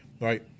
right